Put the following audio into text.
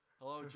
hello